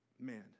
man